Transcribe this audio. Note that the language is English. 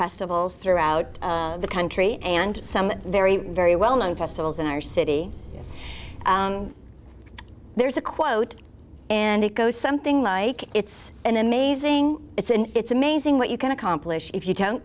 festivals throughout the country and some very very well known festivals in our city there's a quote and it goes something like it's an amazing it's an it's amazing what you can accomplish if you don't